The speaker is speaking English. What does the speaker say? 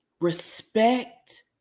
respect